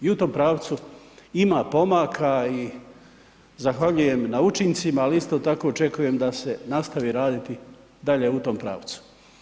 I u tom pravcu ima pomaka i zahvaljujem na učincima, ali isto tako očekujem da se nastavi raditi dalje u tom pravcu.